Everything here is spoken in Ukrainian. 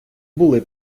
були